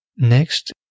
Next